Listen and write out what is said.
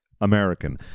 American